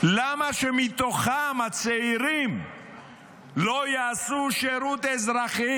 למה שמתוכם הצעירים לא יעשו שירות אזרחי?